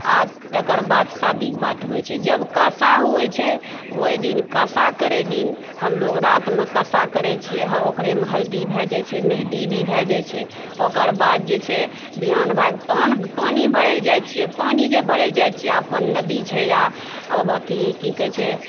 आ तेकर बाद शादीके बात होइ छै जब कासा होइ छै ओहि दिन कासा करै दिन हम लोग रातिमे कासा करै छिऐ ओकरेमे हल्दी भए जाइत छै मेहदी भी भए जाइत छै ओकर बाद जे छै विहान भएके पानि भरए लए जाइत छिऐ पानि जे भरए लए जाइ छिऐ अपन नदी छै या अथि की कहै छै